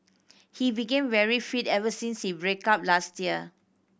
he became very fit ever since he break up last year